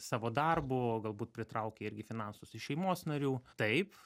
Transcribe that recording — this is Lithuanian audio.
savo darbu o galbūt pritraukė irgi finansus iš šeimos narių taip